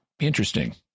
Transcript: interesting